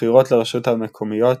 בבחירות לרשויות המקומיות